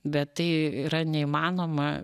bet tai yra neįmanoma